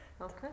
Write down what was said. Okay